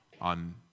on